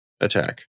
attack